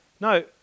No